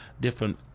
different